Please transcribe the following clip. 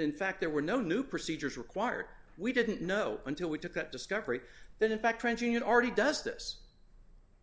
in fact there were no new procedures required we didn't know until we took that discovery that in fact trenching it already does this